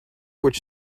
which